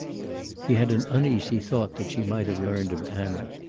he had an uneasy thought that she might have learned of anna.